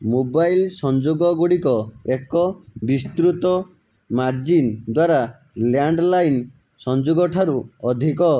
mobile ସଂଯୋଗ ଗୁଡି଼କ ଏକ ବିସ୍ତୃତ ମାର୍ଜିନ୍ ଦ୍ୱାରା ଲ୍ୟାଣ୍ଡଲାଇନ୍ ସଂଯୋଗଠାରୁ ଅଧିକ